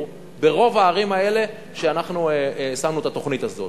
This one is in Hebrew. ברוב הערים האלה ששמנו אותן בתוכנית הזאת.